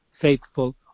faithful